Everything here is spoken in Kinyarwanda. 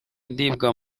ndibwa